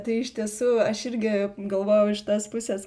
tai iš tiesų aš irgi galvojau iš tos pusės